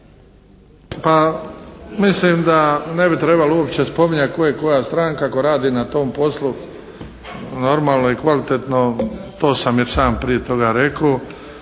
Pa mislim da ne bi trebalo uopće spominjati tko je koja stranka ako radi na tom poslu normalno i kvalitetno, to sam već i sam prije toga rekao.